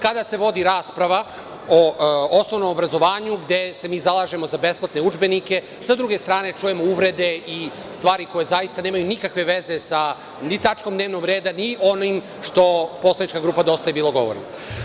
kada se vodi rasprava o osnovnom obrazovanju gde se mi zalažemo za besplatne udžbenike, sa druge strane čujemo uvrede i stvari koje zaista nemaju nikakve veze ni sa tačkom dnevnog reda, ni sa onim što poslanička grupa Dosta je bilo govori.